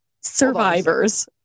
Survivors